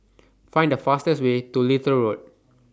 Find The fastest Way to Little Road